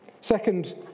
Second